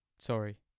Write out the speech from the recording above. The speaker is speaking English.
Sorry